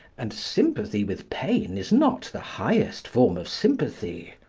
and sympathy with pain is not the highest form of sympathy.